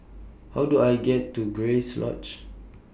How Do I get to Grace Lodge